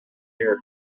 here